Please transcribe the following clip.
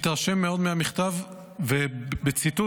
התרשם מאוד מהמכתב ובציטוט